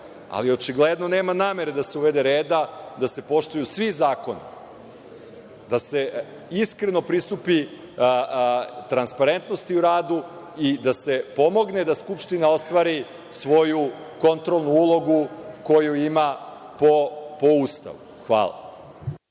ali očigledno nema namere da se uvede red, da se poštuju svi zakoni, da se iskreno pristupi transparentnosti u radu i da se pomogne da Skupština ostvari svoju kontrolnu ulogu koju ima po Ustavu. Hvala.